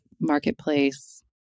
marketplace